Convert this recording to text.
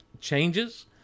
changes